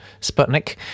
Sputnik